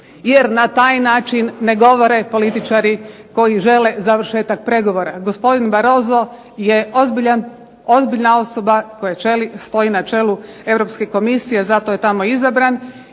jer na taj način ne govore političari koji žele završetak pregovora. Gospodin Barroso je ozbiljna osoba koja stoji na čelu Europske komisije zato je tamo izabran.